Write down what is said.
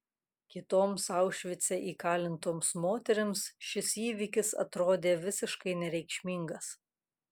kitoms aušvice įkalintoms moterims šis įvykis atrodė visiškai nereikšmingas